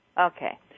Okay